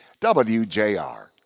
WJR